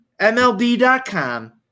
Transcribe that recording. MLB.com